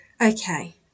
Okay